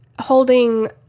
holding